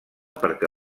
perquè